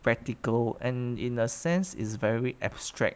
practical and in a sense is very abstract